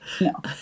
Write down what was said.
No